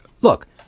Look